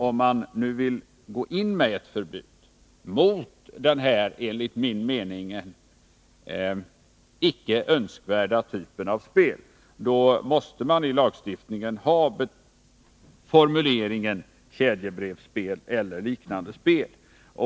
Om man nu vill gå in med ett förbud mot den här enligt min mening icke önskvärda typen av spel måste man i lagstiftningen ha just formuleringen ”kedjebrevsspel eller liknande spel”.